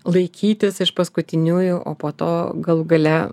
laikytis iš paskutiniųjų o po to galų gale